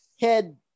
head